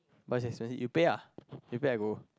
but it's expensive you pay lah you pay I go